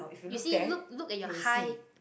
you see look look at your high